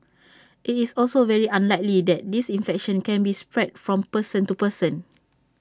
IT is also very unlikely that this infection can be spread from person to person